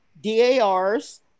dars